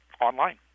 online